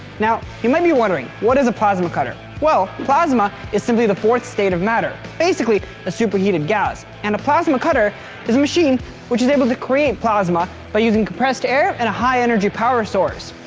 now you might be wondering what is a plasma cutter? well plasma is simply the fourth state of matter. basically a super heated gas, and a plasma cutter is a machine which is able to create plasma by using compressed air and a high energy power source.